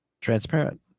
transparent